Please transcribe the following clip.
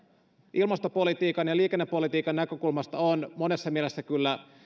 ilmastopolitiikan ja liikennepolitiikan näkökulmasta on monessa mielessä kyllä